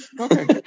Okay